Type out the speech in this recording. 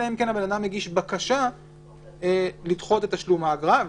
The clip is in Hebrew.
אלא אם כן הבן אדם הגיש בקשה לדחות את תשלום האגרה.